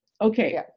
Okay